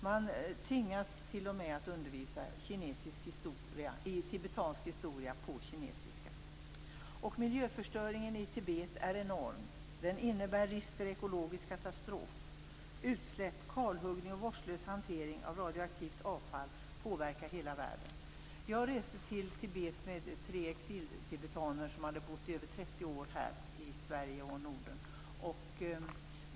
Man tvingas t.o.m. att undervisa i tibetansk historia på kinesiska. Miljöförstöringen i Tibet är enorm. Den innebär risk för en ekologisk katastrof. Utsläpp, kalhuggning och vårdslös hantering av radioaktivt avfall påverkar hela världen. Jag reste till Tibet med tre exiltibetaner som hade bott över 30 år i Sverige och Norden.